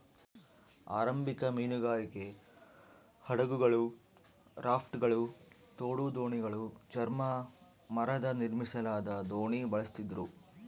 ಆರಂಭಿಕ ಮೀನುಗಾರಿಕೆ ಹಡಗುಗಳು ರಾಫ್ಟ್ಗಳು ತೋಡು ದೋಣಿಗಳು ಚರ್ಮ ಮರದ ನಿರ್ಮಿಸಲಾದ ದೋಣಿ ಬಳಸ್ತಿದ್ರು